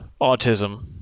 autism